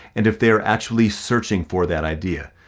and if they're actually searching for that idea.